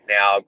Now